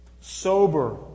Sober